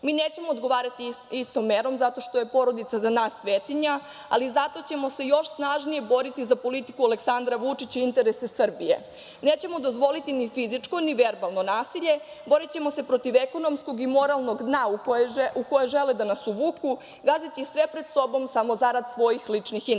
nećemo odgovarati istom merom zato što je porodica za nas svetinja, ali zato ćemo se još snažnije boriti za politiku Aleksandra Vučića i interese Srbije. Nećemo dozvoliti ni fizičko, ni verbalno nasilje. Borićemo se protiv ekonomskog i moralnog dna u koje žele da nas uvuku, gazeći sve pred sobom samo zarad svojih ličnih